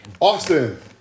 Austin